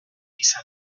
izan